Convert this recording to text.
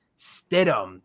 Stidham